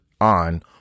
on